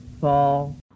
fall